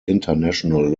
international